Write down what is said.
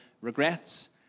regrets